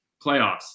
Playoffs